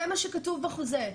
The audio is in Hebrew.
זה מה שכתוב בחוזה.